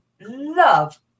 Love